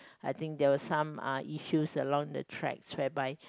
I think there were some uh issues along the tracks whereby